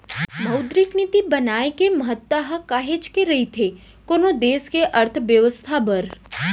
मौद्रिक नीति बनाए के महत्ता ह काहेच के रहिथे कोनो देस के अर्थबेवस्था बर